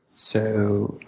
so,